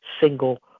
single